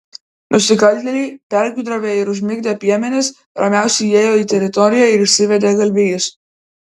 nusikaltėliai pergudravę ir užmigdę piemenis ramiausiai įėjo į teritoriją ir išsivedė galvijus